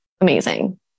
amazing